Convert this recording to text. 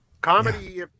Comedy